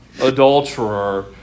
adulterer